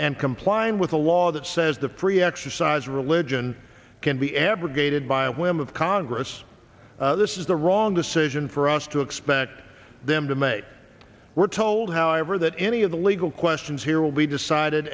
and complying with a law that says the free exercise of religion can be abrogated by a whim of congress this is the wrong decision for us to expect them to make we're told however that any of the legal questions here will be decided